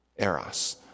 eros